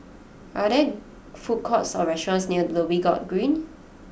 are there food courts or restaurants near Dhoby Ghaut Green